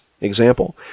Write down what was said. Example